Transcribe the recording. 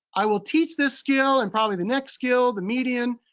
i will teach this skill and probably the next skill, the median,